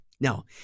now